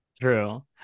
True